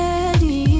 ready